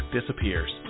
disappears